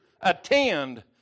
attend